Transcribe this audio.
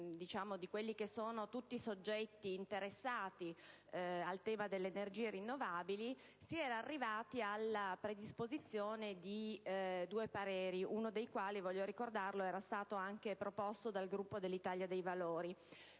audizioni di tutti i soggetti interessati al tema delle energie rinnovabili, si era arrivati alla predisposizione di due pareri, il testo di uno dei quali - voglio ricordarlo - era stato proposto dal Gruppo dell'Italia dei Valori.